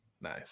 nice